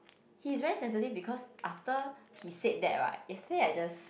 he's very sensitive because after he said that right yesterday I just